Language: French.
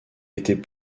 était